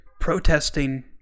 Protesting